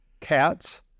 cats